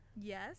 Yes